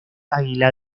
águila